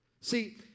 See